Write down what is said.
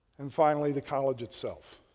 and finally, the college itself,